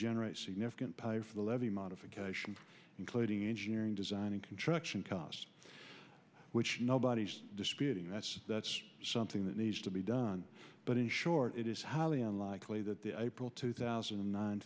generate significant pay for the levee modifications including engineering design and construction costs which nobody is disputing that's that's something that needs to be done but in short it is highly unlikely that the april two thousand and n